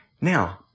Now